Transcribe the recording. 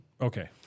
Okay